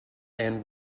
and